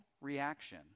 reaction